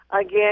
Again